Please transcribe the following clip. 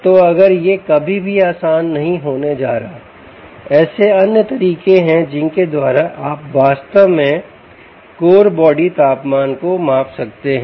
तो अगर यह कभी भी आसान नहीं होने जा रहा है ऐसे अन्य तरीके हैं जिनके द्वारा आप वास्तव में कोर बॉडी तापमान को माप सकते हैं